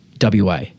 WA